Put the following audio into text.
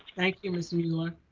thank you, mr. muller.